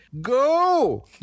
go